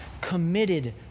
Committed